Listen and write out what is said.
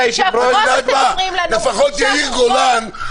שבועות אתם אומרים לנו -- לפחות יאיר גולן,